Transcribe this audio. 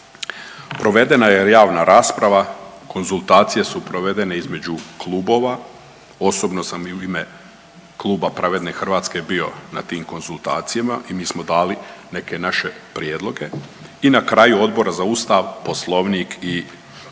Provedena ja javna rasprava, konzultacije su provedene između klubova. Osobno sam i u ime Kluba Pravedne Hrvatske bio na tim konzultacijama i mi smo dali neke naše prijedloge. I na kraju Odbora za Ustav, Poslovnik i